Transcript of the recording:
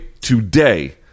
today